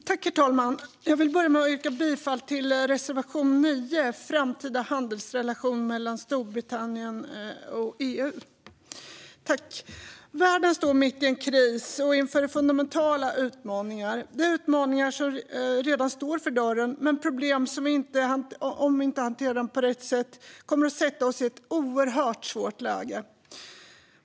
Herr talman! Jag vill börja med att yrka bifall till reservation 9 om den framtida handelsrelationen mellan Storbritannien och EU. Världen står mitt i en kris och inför fundamentala utmaningar. Detta är utmaningar som redan står för dörren, med problem som om vi inte hanterar dem på rätt sätt kommer att sätta oss i ett oerhört svårt läge.